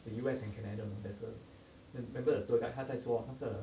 the U_S and canada there's a remember that the tour guide 他在说那个